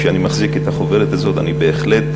כשאני מחזיק את החוברת הזאת אני בהחלט